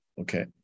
okay